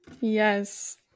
yes